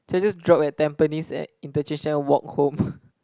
should I just drop at Tampines at interchange I walk home